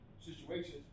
situations